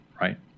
right